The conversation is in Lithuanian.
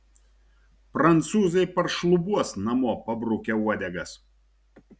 prancūzai paršlubuos namo pabrukę uodegas